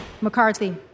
McCarthy